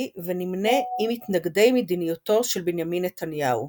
ונמנה עם מתנגדי מדיניותו של בנימין נתניהו.